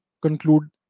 conclude